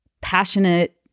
passionate